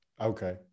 okay